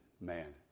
man